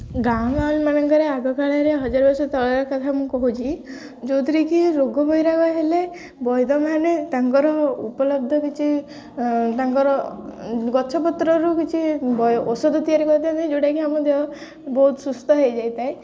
ଗାଁ ଗାଉଁଲି ମାନଙ୍କରେ ଆଗ କାଳରେ ହଜାର ବର୍ଷ ତଳର କଥା ମୁଁ କହୁଛି ଯେଉଁଥିରେ କିି ରୋଗ ବୈରାଗ ହେଲେ ବୈଦମାନେ ତାଙ୍କର ଉପଲବ୍ଧ କିଛି ତାଙ୍କର ଗଛପତ୍ରରୁ କିଛି ଔଷଧ ତିଆରି କରିଥାନ୍ତି ଯେଉଁଟାକି ଆମ ଦେହ ବହୁତ ସୁସ୍ଥ ହେଇଯାଇଥାଏ